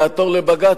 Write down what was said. יעתור לבג"ץ,